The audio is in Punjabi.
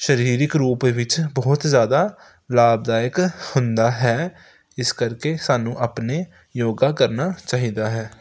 ਸਰੀਰਕ ਰੂਪ ਵਿੱਚ ਬਹੁਤ ਜ਼ਿਆਦਾ ਲਾਭਦਾਇਕ ਹੁੰਦਾ ਹੈ ਇਸ ਕਰਕੇ ਸਾਨੂੰ ਆਪਣੇ ਯੋਗਾ ਕਰਨਾ ਚਾਹੀਦਾ ਹੈ